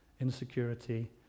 insecurity